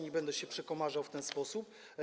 nie będę się przekomarzał w ten sposób.